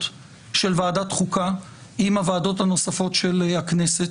של ועדת החוקה עם הוועדות הנוספות של הכנסת.